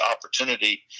opportunity